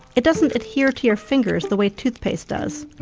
it doesn't adhere to your fingers the way toothpaste does.